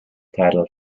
title